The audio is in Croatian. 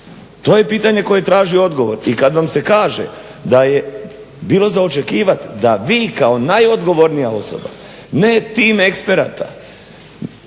To je pitanje koje traži odgovor. I kad vam se kaže da je bilo za očekivati da vi kao najodgovornija osoba, ne tim eksperata,